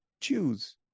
choose